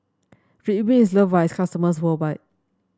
Ridwind is loved by its customers worldwide